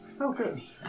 Okay